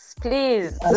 please